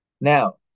Now